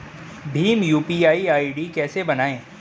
Bhim UPI ID कैसे बनाएं?